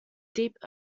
deep